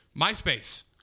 MySpace